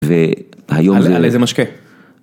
והיום. -על, על איזה משקה?